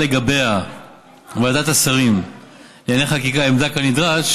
לגביה ועדת השרים לענייני חקיקה עמדה כנדרש,